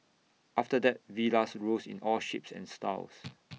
after that villas rose in all shapes and styles